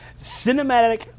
cinematic